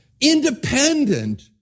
Independent